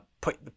put